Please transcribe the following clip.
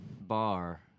bar